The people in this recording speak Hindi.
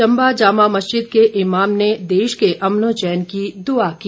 चम्बा जामा मस्जिद के इमाम ने देश के अमनो चैन की दुआ की